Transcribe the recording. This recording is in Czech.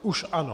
Už ano.